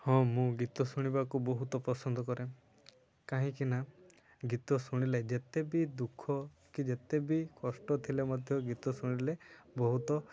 ହଁ ମୁଁ ଗୀତ ଶୁଣିବାକୁ ବହୁତ ପସନ୍ଦ କରେ କାହିଁକିନା ଗୀତ ଶୁଣିଲେ ଯେତେ ବି ଦୁଃଖ କି ଯେତେ ବି କଷ୍ଟ ଥିଲେ ମଧ୍ୟ ଗୀତ ଶୁଣିଲେ ବହୁତ